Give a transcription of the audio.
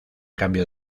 cambio